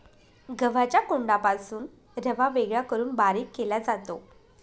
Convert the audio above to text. गव्हाच्या कोंडापासून रवा वेगळा करून बारीक केला जातो